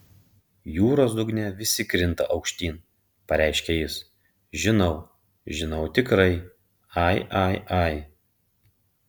jūros dugne visi krinta aukštyn pareiškė jis žinau žinau tikrai ai ai ai